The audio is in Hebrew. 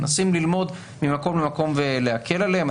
מנסים ללמוד ממקום למקום ולהקל עליהם.